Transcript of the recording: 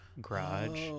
garage